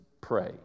pray